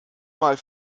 mal